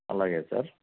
అలాగే సార్